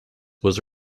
was